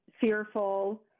fearful